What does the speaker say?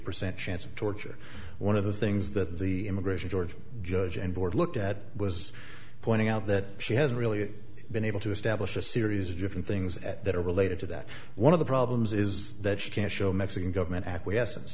percent chance of torture one of the things that the immigration or judge and board looked at was pointing out that she hasn't really been able to establish a series of different things at that are related to that one of the problems is that she can't show mexican government acquiesce